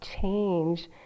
change